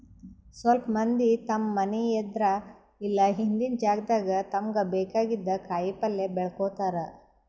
ಸ್ವಲ್ಪ್ ಮಂದಿ ತಮ್ಮ್ ಮನಿ ಎದ್ರ್ ಇಲ್ಲ ಹಿಂದಿನ್ ಜಾಗಾದಾಗ ತಮ್ಗ್ ಬೇಕಾಗಿದ್ದ್ ಕಾಯಿಪಲ್ಯ ಬೆಳ್ಕೋತಾರ್